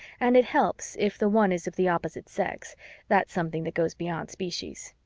and it helps if the one is of the opposite sex that's something that goes beyond species.